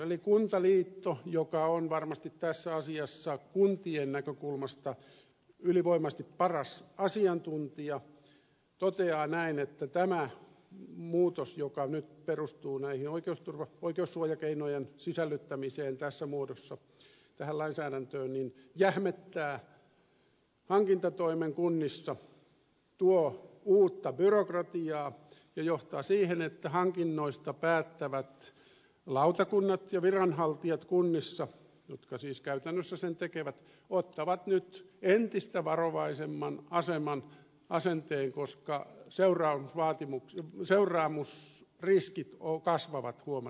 eli kuntaliitto joka on varmasti tässä asiassa kuntien näkökulmasta ylivoimaisesti paras asiantuntija toteaa näin että tämä muutos joka nyt perustuu näihin oikeussuojakeinojen sisällyttämiseen tässä muodossa tähän lainsäädäntöön jähmettää hankintatoimen kunnissa tuo uutta byrokratiaa ja johtaa siihen että hankinnoista päättävät lautakunnat ja viranhaltijat kunnissa jotka siis käytännössä sen tekevät ottavat nyt entistä varovaisemman asenteen koska seuraamusriskit kasvavat huomattavasti